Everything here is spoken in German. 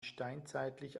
steinzeitlich